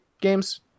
games